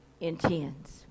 intends